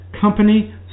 company